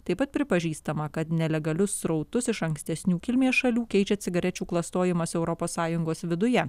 taip pat pripažįstama kad nelegalius srautus iš ankstesnių kilmės šalių keičia cigarečių klastojimas europos sąjungos viduje